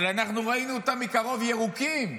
אבל אנחנו ראינו אותם מקרוב ירוקים.